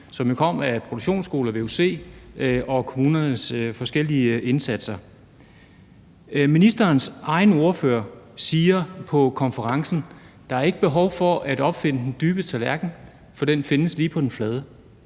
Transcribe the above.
som kom af produktionsskoler, vuc og kommunernes forskellige indsatser. Ministerens egen ordfører siger på konferencen, at der ikke er behov for at opfinde den dybe tallerken, for den findes lige på den flade.